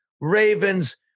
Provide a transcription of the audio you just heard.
Ravens